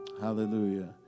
Hallelujah